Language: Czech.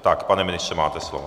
Tak pane ministře, máte slovo.